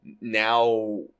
now